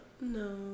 No